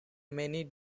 many